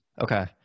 Okay